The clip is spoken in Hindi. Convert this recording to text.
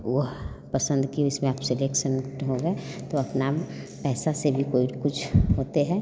वह पसंद की उसमें आप स सेलेक्ट हो गए तो अपना पैसा से ही कोई कुछ होते है